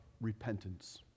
repentance